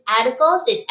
articles